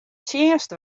tsjinst